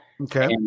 Okay